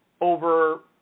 over